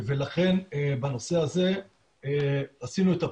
לכן, בנושא הזה עשינו את הפעולות.